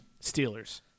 Steelers